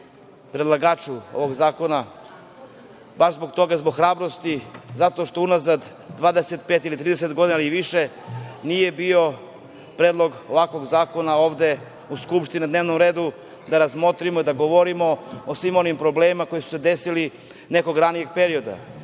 predlagaču ovog zakona baš zbog toga, zbog hrabrosti, zato što unazad 25, 30 godina i više nije bio ovakav predlog zakona u Skupštini na dnevnom redu, da razmotrimo i da govorimo o svim onim problemima koji su se desili nekog ranijeg perioda. Kako